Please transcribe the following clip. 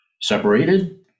Separated